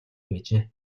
байжээ